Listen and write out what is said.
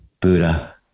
buddha